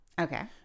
Okay